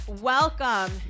Welcome